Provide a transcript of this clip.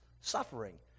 suffering